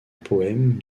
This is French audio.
poème